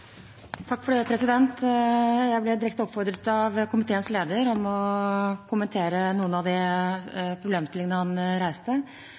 Jeg ble direkte oppfordret av komiteens leder om å kommentere noen av de problemstillingene han reiste.